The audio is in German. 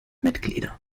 mitglieder